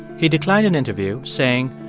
he declined an interview, saying,